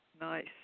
Nice